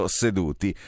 seduti